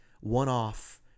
one-off